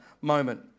moment